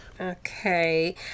Okay